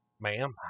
ma'am